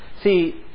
See